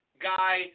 guy